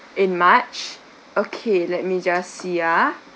in march okay let me just see ya